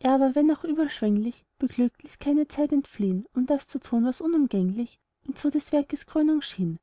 er aber wenn auch überschwenglich beglückt ließ keine zeit entfliehn um das zu tun was unumgänglich ihm zu des werkes krönung schien